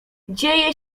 dzieje